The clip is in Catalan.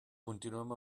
continuem